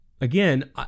again